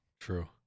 True